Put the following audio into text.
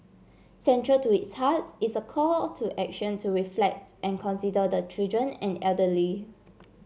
central to its heart is a call to action to reflects and consider the children and elderly